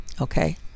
Okay